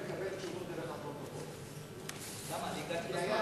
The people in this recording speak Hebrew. כיוון שמדובר ביום איכות הסביבה הבין-לאומי,